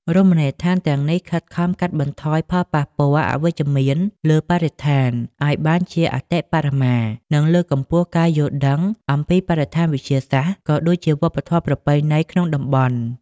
រមណីយដ្ឋានទាំងនេះខិតខំកាត់បន្ថយផលប៉ះពាល់អវិជ្ជមានលើបរិស្ថានឱ្យបានជាអតិបរមា និងលើកកម្ពស់ការយល់ដឹងអំពីបរិស្ថានវិទ្យា ក៏ដូចជាវប្បធម៌ប្រពៃណីក្នុងតំបន់។